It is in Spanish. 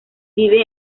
vive